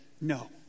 no